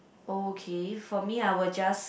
okay for me I will just